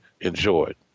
enjoyed